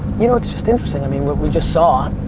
you know it's just interesting i mean what we just saw.